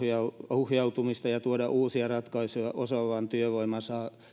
ohjautumista ja tuoda uusia ratkaisuja osaavan työvoiman